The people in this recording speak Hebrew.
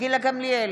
גילה גמליאל,